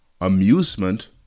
amusement